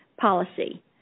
policy